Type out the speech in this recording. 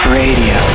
radio